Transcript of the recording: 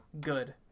Good